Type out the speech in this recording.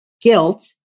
guilt